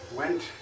went